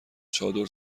چادر